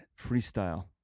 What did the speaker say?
Freestyle